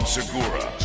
Segura